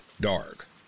dark